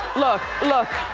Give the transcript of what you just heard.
look, look.